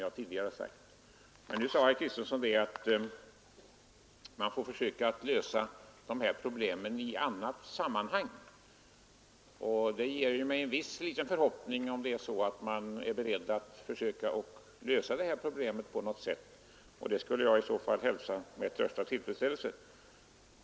Nu sade emellertid herr Kristenson också att man får försöka lösa de problemen i annat sammanhang, och det inger mig litet hopp om att man är beredd att lösa problemen på något sätt. Det skulle jag i så fall hälsa med största tillfredsställelse.